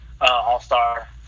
All-Star